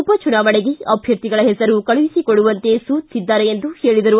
ಉಪಚುನಾವಣೆಗೆ ಅಭ್ಯರ್ಥಿಗಳ ಹೆಸರು ಕಳುಹಿಸಿಕೊಡುವಂತೆ ಸೂಚಿಸಿದ್ದಾರೆ ಎಂದು ಹೇಳಿದರು